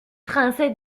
français